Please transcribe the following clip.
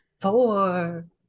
Four